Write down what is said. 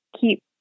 keep